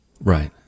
Right